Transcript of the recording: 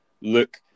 look